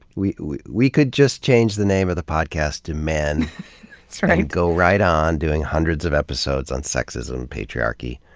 we we could just change the name of the podcast to men and sort of go right on, doing hundreds of episodes on sexism, patriarchy,